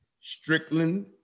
strickland